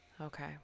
Okay